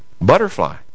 Butterfly